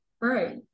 Right